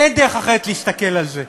אין דרך אחרת להסתכל על זה.